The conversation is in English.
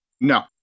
No